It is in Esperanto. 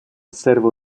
servo